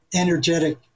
energetic